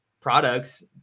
products